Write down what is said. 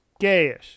Gayish